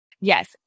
Yes